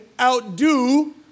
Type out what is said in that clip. outdo